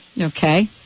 Okay